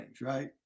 right